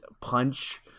punch